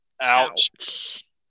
ouch